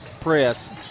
press